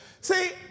See